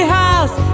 house